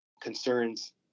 concerns